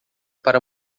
para